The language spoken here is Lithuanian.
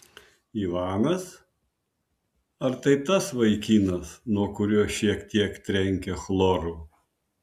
ivanas ar tai tas vaikinas nuo kurio šiek tiek trenkia chloru